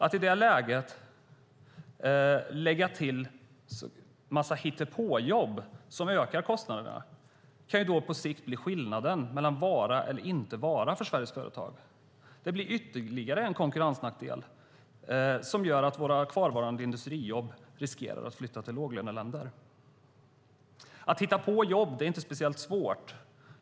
Att i det läget lägga på en mängd hittepåjobb, som ökar kostnaderna, kan på sikt bli skillnaden mellan att vara eller inte vara för Sveriges företag. Det blir ytterligare en konkurrensnackdel, som gör att våra kvarvarande industrijobb riskerar att flyttas till låglöneländer. Att hitta på jobb är inte speciellt svårt.